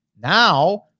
now